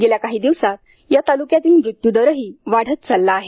गेल्या काही दिवसात या तालुक्यातील मृत्यू दरही वाढत चालला आहे